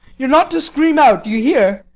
you're not to scream out. do you hear?